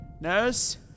Nurse